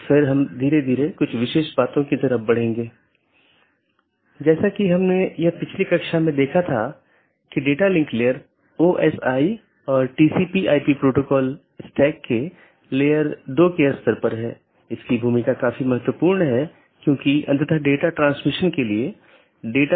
यदि आप पिछले लेक्चरों को याद करें तो हमने दो चीजों पर चर्चा की थी एक इंटीरियर राउटिंग प्रोटोकॉल जो ऑटॉनमस सिस्टमों के भीतर हैं और दूसरा बाहरी राउटिंग प्रोटोकॉल जो दो या उससे अधिक ऑटॉनमस सिस्टमो के बीच है